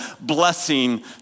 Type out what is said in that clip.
blessing